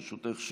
ברשותך,